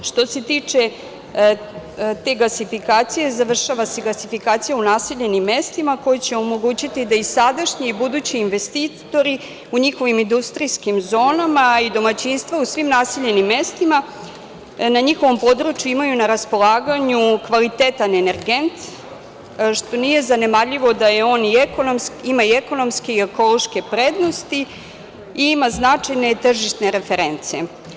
Što se tiče te gasifikacije, završava se gasifikacija u naseljenim mestima, koja će omogućiti da i sadašnji i budući investitori u njihovim industrijskim zonama i domaćinstva u svim naseljenim mestima na njihovom području imaju na raspolaganju kvalitetan energent, što nije zanemarljivo da on ima ekonomske i ekološke prednosti i ima značajne tržišne reference.